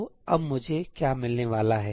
तो अब मुझे क्या मिलने वाला है